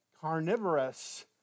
carnivorous